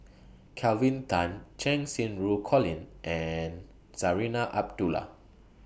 Kelvin Tan Cheng Xinru Colin and Zarinah Abdullah